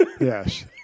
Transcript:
Yes